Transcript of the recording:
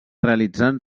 realitzant